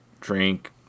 drink